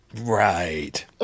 Right